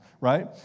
right